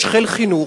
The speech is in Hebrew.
יש חיל חינוך,